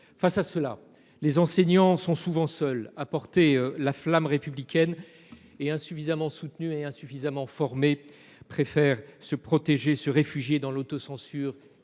Face à cela, les enseignants sont souvent seuls à porter la flamme républicaine. Insuffisamment soutenus et formés, ils préfèrent se protéger et se réfugier dans l’autocensure